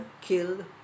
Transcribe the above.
killed